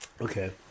Okay